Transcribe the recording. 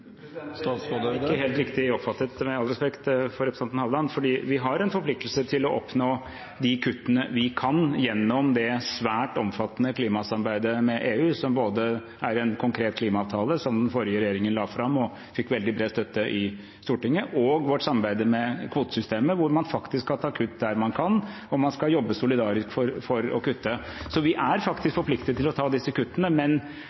helt riktig oppfattet, med all respekt for representanten Halleland, for vi har en forpliktelse til å oppnå de kuttene vi kan, gjennom det svært omfattende klimasamarbeidet med EU, som omfatter både en konkret klimaavtale – som den forrige regjeringen la fram, og som fikk veldig bred støtte i Stortinget – og vårt samarbeid om kvotesystemet, hvor man faktisk skal ta kutt der man kan, og man skal jobbe solidarisk for å kutte. Så vi er faktisk forpliktet til å ta disse kuttene, men